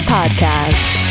Podcast